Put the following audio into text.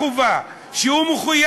הפנסיה?